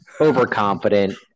Overconfident